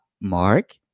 Mark